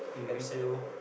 abseil